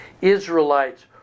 Israelites